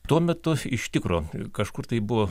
tuo metu iš tikro kažkur tai buvo